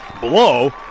blow